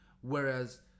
whereas